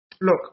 Look